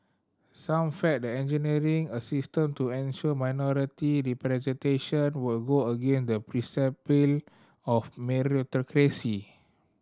some felt that engineering a system to ensure minority representation will go against the of meritocracy